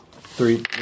Three